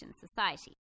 society